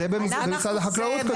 במשרד החקלאות כתובה